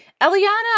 Eliana